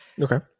okay